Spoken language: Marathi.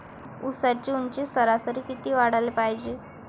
ऊसाची ऊंची सरासरी किती वाढाले पायजे?